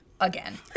Again